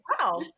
wow